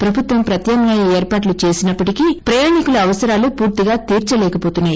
ప్రభుత్వం ప్రత్యామ్నాయ ఏర్పాట్లు చేసినప్పటికి ప్రయాణికుల అవసరాలు పూర్తిగా తీర్చలేకపోతున్నాయి